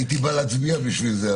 הייתי בא להצביע בשביל זה,